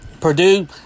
Purdue